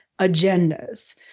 agendas